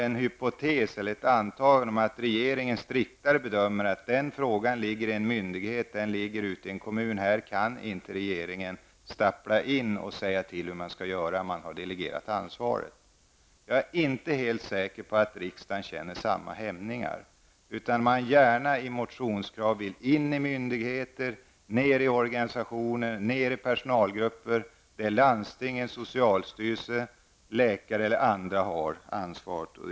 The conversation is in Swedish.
Jag gör antagandet att regeringen striktare bedömer att den här frågan ligger på en myndighet, ute i en kommun. Här kan regeringen inte stappla in och säga hur man skall göra. Ansvaret har delegerats. Men jag är inte helt säker på att riksdagen känner samma hämningar. När det gäller motionskraven framgår det att man gärna vill gå in i myndigheter eller ned i organisationer och personalgrupper, där det är landstinget, socialstyrelsen, läkare eller andra som har ansvaret.